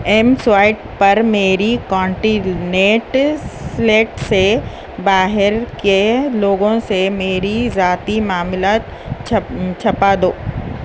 M swipe پر میری سے باہر کے لوگوں سے میری ذاتی ماملات چھپا دو